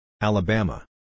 Alabama